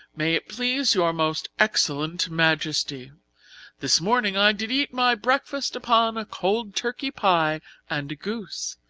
may it please your most excellent majesty this morning i did eat my breakfast upon a cold turkey pie and a goose,